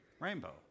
Rainbow